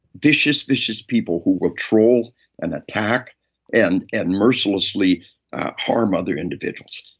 vicious, vicious people who will troll and attack and and mercilessly harm other individuals.